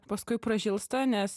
paskui pražilsta nes